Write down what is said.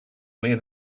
wear